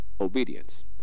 obedience